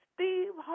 Steve